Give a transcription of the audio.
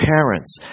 parents